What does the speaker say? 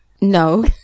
No